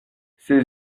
ses